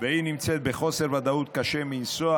והיא נמצאת בחוסר ודאות קשה מנשוא,